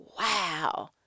Wow